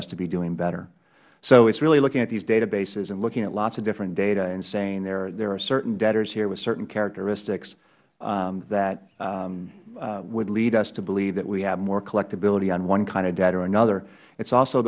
us to be doing better so it is really looking at these databases and looking at lots of different data and saying there are certain debtors here with certain characteristics that would lead us to believe that we have more collectibility on one kind of debt or another it is also